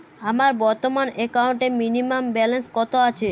আমার বর্তমান একাউন্টে মিনিমাম ব্যালেন্স কত আছে?